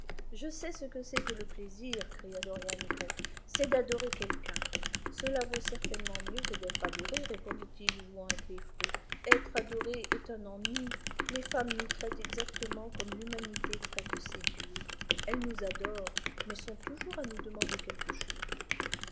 je sais ce que c'est que le plaisir cria dorian gray c'est d'adorer quelqu'un cela vaut certainement mieux que d'être adoré répondit-il jouant avec les fruits etre adoré est un ennui les femmes nous traitent exactement comme l'humanité traite ses dieux elles nous adorent mais sont toujours à nous demander quelque chose